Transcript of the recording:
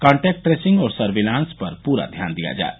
contact tracing और surveillance पर पूरा ध्यान दिया जाये